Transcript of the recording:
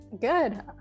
good